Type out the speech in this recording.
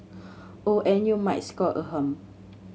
oh and you might score a hum